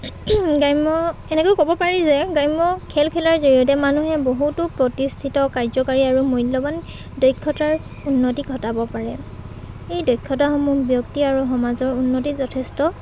গ্ৰাম্য এনেকৈয়ো ক'ব পাৰি যে গ্ৰাম্য খেল খেলাৰ জৰিয়তে মানুহে বহুতো প্ৰতিষ্ঠিত কাৰ্যকাৰী আৰু মূল্যৱান দক্ষতাৰ উন্নতি ঘটাব পাৰে এই দক্ষতাসমূহ ব্যক্তি আৰু সমাজৰ উন্নতিত যথেষ্ট